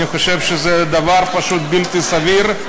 אני חושב שזה דבר פשוט בלתי סביר.